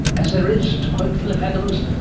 as there is, to quote phillip adams,